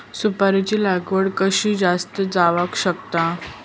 सुपारीची लागवड कशी जास्त जावक शकता?